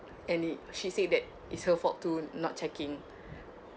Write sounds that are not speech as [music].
and it she said that it's her fault to not checking [breath]